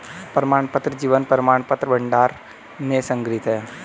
प्रमाणपत्र जीवन प्रमाणपत्र भंडार में संग्रहीत हैं